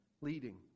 leading